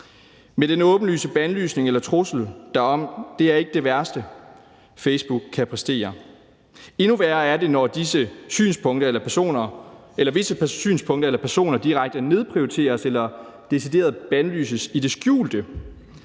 Men den åbenlyse bandlysning eller trussel derom er ikke det værste, Facebook kan præstere. Endnu værre er det, når visse synspunkter eller personer direkte nedprioriteres eller decideret bandlyses i det skjulte.